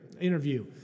interview